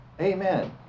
Amen